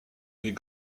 est